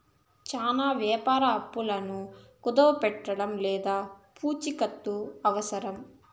చానా వ్యాపార అప్పులను కుదవపెట్టడం లేదా పూచికత్తు అవసరం